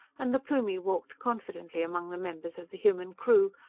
and the plumie walked confidently among the members of the human crew,